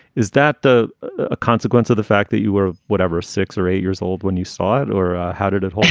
is that the ah consequence of the fact that you were, whatever, six or eight years old when you saw it or how did it